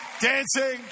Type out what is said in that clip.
Dancing